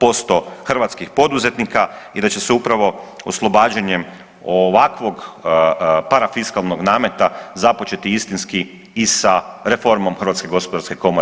97% hrvatskih poduzetnika i da će se upravo oslobađanjem ovakvom parafiskalnog nameta započeti istinski i sa reformom HGK.